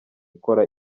ikora